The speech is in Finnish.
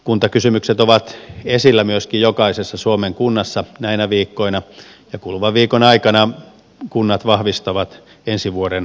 kuntakysymykset ovat esillä myöskin jokaisessa suomen kunnassa näinä viikkoina ja kuluvan viikon aikana kunnat vahvistavat ensi vuoden talousarvionsa